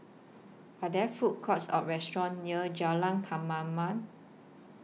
Are There Food Courts Or restaurants near Jalan Kemaman